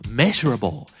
measurable